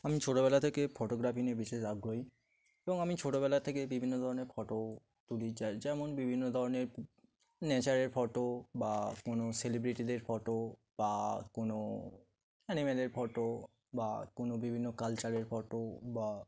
আমি ছোটবেলা থেকে ফটোগ্রাফি নিয়ে বিশেষ আগ্রহী এবং আমি ছোটবেলা থেকে বিভিন্ন ধরনের ফটো তুলি যাই যেমন বিভিন্ন ধরনের নেচারের ফটো বা কোনো সেলিব্রিটিদের ফটো বা কোনো অ্যানিম্যালের ফটো বা কোনো বিভিন্ন কালচারের ফটো বা